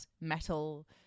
metal